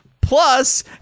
Plus